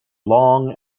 long